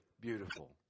beautiful